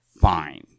fine